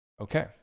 Okay